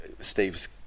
Steve's